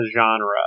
genre